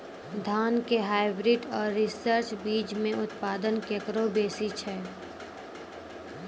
धान के हाईब्रीड और रिसर्च बीज मे उत्पादन केकरो बेसी छै?